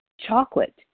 chocolate